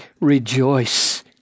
rejoice